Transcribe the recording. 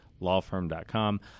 lawfirm.com